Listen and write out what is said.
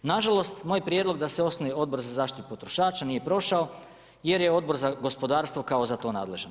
Na žalost, moj prijedlog da se osnuje Odbor za zaštitu potrošača nije prošao jer je Odbor za gospodarstvo kao za to nadležan.